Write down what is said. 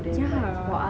yeah